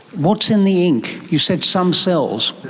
what's in the ink? you said some cells.